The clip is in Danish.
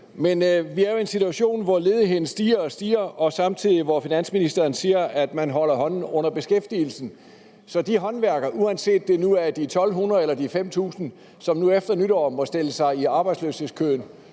Men vi er jo i en situation, hvor ledigheden stiger og stiger, og samtidig siger finansministeren, at man holder hånden under beskæftigelsen. Så hvad er budskabet til de håndværkere – uanset om det nu er de 1.200 eller de 5.000, som efter nytår må stille sig i arbejdsløshedskøen?